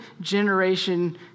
generation